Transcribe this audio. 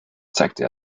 zeigte